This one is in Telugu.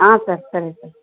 సార్ సరే సార్